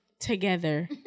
together